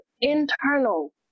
internal